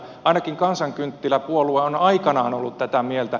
ainakin kansankynttiläpuolue on aikanaan ollut tätä mieltä